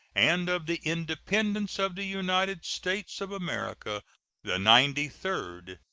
and of the independence of the united states of america the ninety-third.